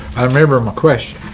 i remember my question.